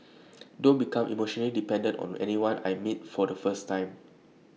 don't become emotionally dependent on anyone I meet for the first time